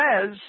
says